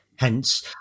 Hence